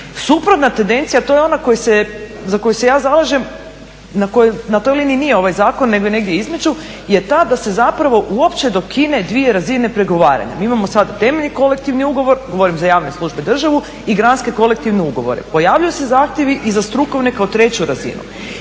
Suprotna tendencija, to je onda za koju se ja zalažem, na toj liniji nije ovaj zakon nego je negdje između, je ta da se zapravo uopće dokine dvije razine pregovaranja. Mi imamo sad temeljni kolektivni ugovor, govorim za javne službe i državu i gradske kolektivne ugovore. Pojavljuju se zahtjevu i za strukovne kao treću razinu.